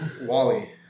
Wally